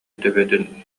төбөтүн